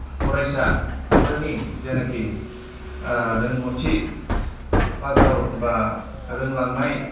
फरायसाफोरनि जेनोखि रोंगौथि पास आउट बा रोंलांनाय